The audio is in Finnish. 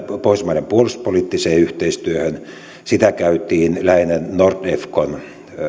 pohjoismaiden puolustuspoliittiseen yhteistyöhön sitä käytiin lähinnä nordefcon